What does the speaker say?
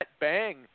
bang